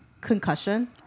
concussion